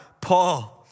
Paul